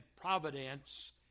providence